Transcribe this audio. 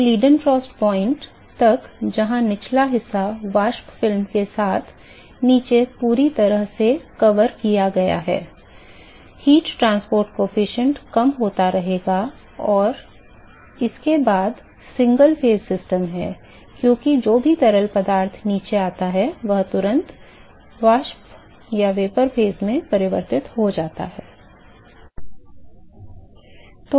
तो Leidenfrost point तक नीचे की सतह वाष्प फिल्म के साथ नीचे पूरी तरह से कवर किया गया है ऊष्मा परिवहन गुणांक कम होता रहेगा और उसके बाद सिंगल फेज सिस्टम है क्योंकि जो भी तरल पदार्थ नीचे आता है वह तुरंत वाष्प चरण में परिवर्तित हो जाता है